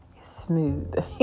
Smooth